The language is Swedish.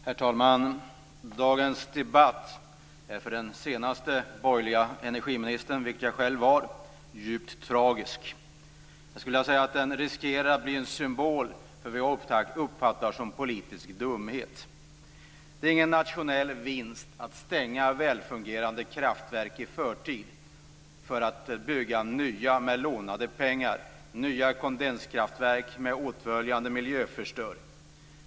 Herr talman! Dagens debatt är för den senaste borgerlige energiministern, som var jag själv, djupt tragisk. Jag skulle vilja säga att den riskerar att bli en symbol för vad jag uppfattar som politisk dumhet. Det ger ingen nationell vinst att stänga välfungerande kraftverek i förtid för att med lånade pengar bygga nya kondenskraftverk med åtföljande miljöförstöring.